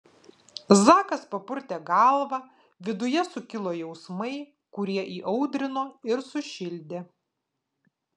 zakas papurtė galvą viduje sukilo jausmai kurie įaudrino ir sušildė